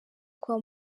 kwa